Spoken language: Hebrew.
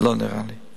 לא נראה לי.